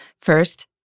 First